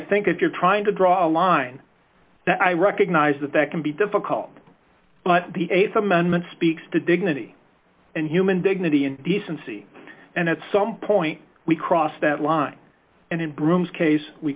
think if you're trying to draw a line i recognize that that can be difficult but the th amendment speaks to dignity and human dignity and decency and at some point we crossed that line and in broome's case we